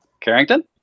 Carrington